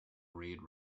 reed